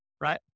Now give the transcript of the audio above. right